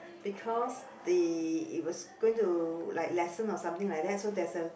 because the it was going to like lessen or something like that so there's a